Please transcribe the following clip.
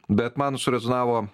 bet man surezonavo